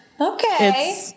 okay